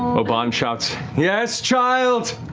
ah obann shouts, yes, child.